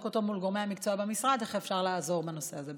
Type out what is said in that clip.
מול גורמי המקצוע במשרד איך אפשר לעזור בנושא הזה,